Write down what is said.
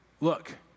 look